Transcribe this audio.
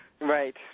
Right